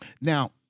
Now